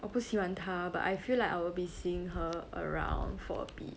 我不喜欢她 but I feel like I will be seeing her around for a bit